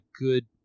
good